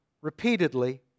repeatedly